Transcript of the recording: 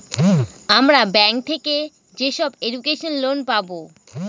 আমরা ব্যাঙ্ক থেকে যেসব এডুকেশন লোন পাবো